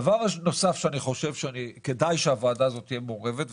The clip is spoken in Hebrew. דבר נוסף שאני חושב שכדאי שהוועדה הזאת תהיה מעורבות בו,